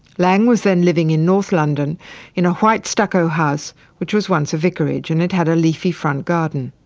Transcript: laing was then living in north london in a white stucco house which was once a vicarage and it had a leafy front garden.